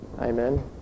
Amen